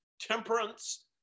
temperance